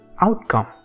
outcome